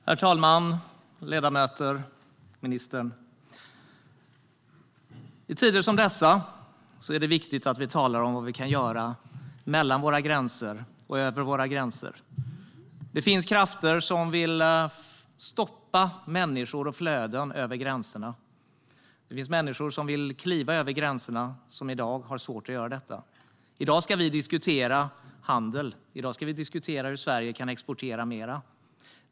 Herr talman, ledamöter och ministern! I tider som dessa är det viktigt att vi talar om vad vi kan göra mellan våra länder och över våra gränser. Det finns krafter som vill stoppa människor och flöden över gränserna. Det finns människor som vill kliva över gränserna men som i dag har svårt att göra detta. I dag ska vi diskutera handel. I dag ska vi diskutera hur Sverige kan exportera mer.